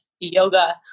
yoga